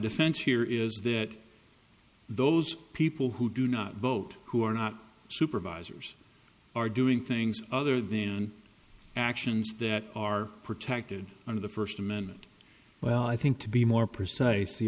defense here is that those people who do not vote who are not supervisors are doing things other than actions that are protected under the first amendment well i think to be more precise the